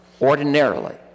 ordinarily